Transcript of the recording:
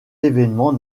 événement